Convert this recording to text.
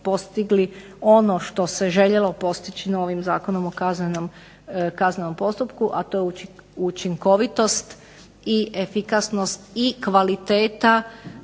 ono što se željelo postići novim Zakonom o kaznenom postupku, a to je učinkovitost i efikasnost i kvaliteta